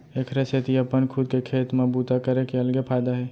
एखरे सेती अपन खुद के खेत म बूता करे के अलगे फायदा हे